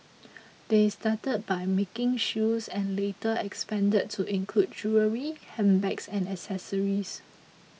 they started by making shoes and later expanded to include jewellery handbags and accessories